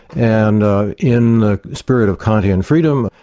and in the spirit of kantian freedom,